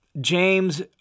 James